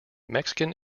mexican